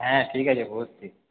হ্যাঁ ঠিক আছে বসছি